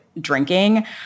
drinking